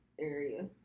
area